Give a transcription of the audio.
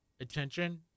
attention –